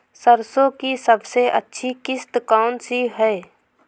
सरसो की सबसे अच्छी किश्त कौन सी है?